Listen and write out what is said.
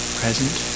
present